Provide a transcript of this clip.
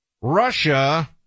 Russia